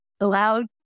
allowed